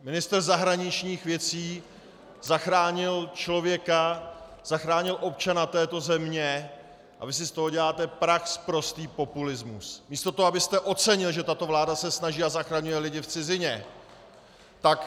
Ministr zahraničních věcí zachránil člověka, zachránil občana této země, a vy si z toho děláte prachsprostý populismus, místo toho, abyste ocenil, že tato vláda se snaží a zachraňuje lidi v cizině, tak...